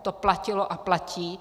To platilo a platí.